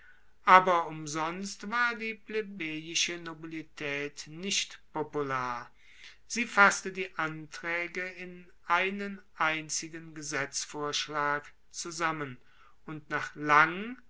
aber umsonst war die plebejische nobilitaet nicht popular sie fasste die antraege in einen einzigen gesetzvorschlag zusammen und nach lang